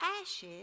Ashes